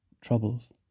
troubles